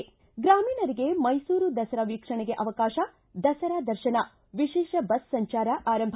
ಗಾಂಗ್ರಾಮೀಣರಿಗೆ ಮೈಸೂರು ದಸರಾ ವೀಕ್ಷಣೆಗೆ ಅವಕಾಶ ದಸರಾ ದರ್ಶನ ವಿಶೇಷ ಬಸ್ ಸಂಚಾರ ಆರಂಭ